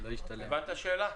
הבנת את השאלה?